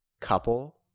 couple